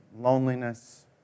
loneliness